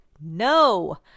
No